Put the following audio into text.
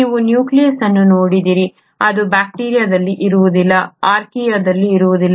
ನೀವು ನ್ಯೂಕ್ಲಿಯಸ್ ಅನ್ನು ನೋಡಿದರೆ ಅದು ಬ್ಯಾಕ್ಟೀರಿಯಾದಲ್ಲಿ ಇರುವುದಿಲ್ಲ ಆರ್ಕಿಯಾದಲ್ಲಿ ಇರುವುದಿಲ್ಲ